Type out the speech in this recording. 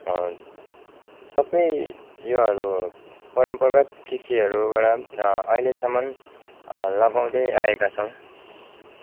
सबै योहरू परम्परागत कृषिहरूबाट अहिलेसम्म लगाउँदै आएका छौँ